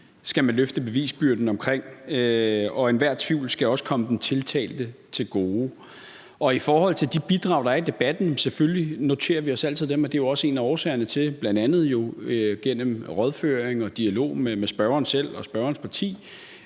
skal man løfte bevisbyrden omkring. Og enhver tvivl skal også komme den tiltalte til gode. I forhold til de bidrag, der er i debatten, vil jeg sige, at selvfølgelig noterer vi os altid dem, og det er jo også en af årsagerne til, at vi bl.a. gennem rådføring og dialog med spørgeren selv og spørgerens parti